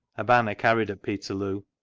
a banner carried at petctloo.